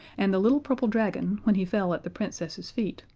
and the little purple dragon, when he fell at the princess's feet,